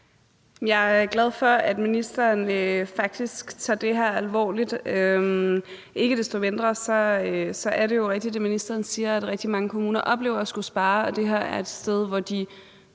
Jeg er glad for, at ministeren faktisk tager det her alvorligt. Ikke desto mindre er det, ministeren siger, jo rigtigt, nemlig at rigtig mange kommuner oplever at skulle spare, og det her er et sted, hvor de